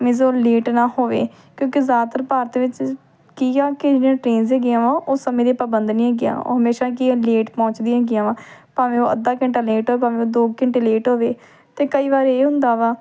means ਉਹ late ਨਾ ਹੋਵੇ ਕਿਉਂਕਿ ਜ਼ਿਆਦਾਤਰ ਭਾਰਤ ਵਿੱਚ ਕੀ ਆ ਕਿ ਜਿਹੜੀਆਂ ਟ੍ਰੇਨਜ਼ ਹੈਗੀਆਂ ਵਾ ਉਹ ਸਮੇਂ ਦੀਆਂ ਪਾਬੰਦ ਨਹੀਂ ਹੈਗੀਆਂ ਉਹ ਹਮੇਸ਼ਾਂ ਕੀ ਹੈ ਲੇਟ ਪਹੁੰਚਦੀਆਂ ਹੈਗੀਆਂ ਵਾਂ ਭਾਵੇਂ ਉਹ ਅੱਧਾ ਘੰਟਾ ਲੇਟ ਹੋਵੇ ਭਾਵੇਂ ਉਹ ਦੋ ਘੰਟੇ ਲੇਟ ਹੋਵੇ ਅਤੇ ਕਈ ਵਾਰੀ ਇਹ ਹੁੰਦਾ ਵਾ